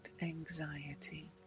anxiety